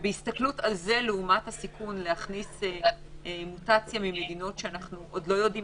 אבל בהסתכלות על זה לעומת הסיכון להכניס מוטציה ממדינות שאנחנו לא יודעים